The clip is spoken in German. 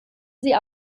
sie